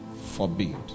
forbid